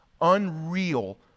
Unreal